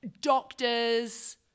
doctors